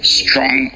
strong